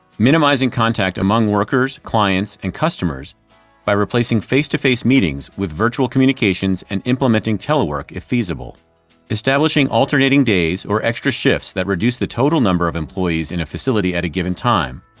minimizing contact among workers, clients, and customers by replacing face-to-face meetings with virtual communications and implementing telework if feasible establishing alternating days or extra shifts that reduce the total number of employees in a facility at a given time,